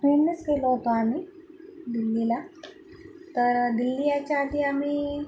ट्रेननेच गेलो होतो आम्ही दिल्लीला तर दिल्ली याच्या आधी आम्ही